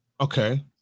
Okay